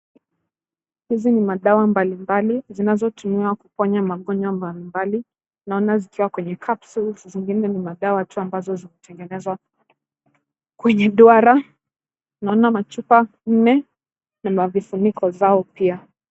Hizi ni madawa mbalimbali zinazotumiwa kuponya magonjwa mbalimbali, naona zikiwa kwenye capsules , zingine ni madawa tu ambazo zimetengenezwa kwenye duara. Naona chupa nne na vifuniko zao pia.